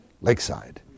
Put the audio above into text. lakeside